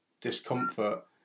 discomfort